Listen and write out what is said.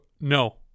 no